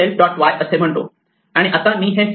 y असे म्हणतो आणि आता मी हे सेल्फ